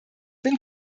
bin